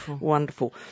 wonderful